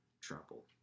trouble